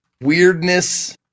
weirdness